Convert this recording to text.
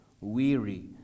weary